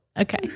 Okay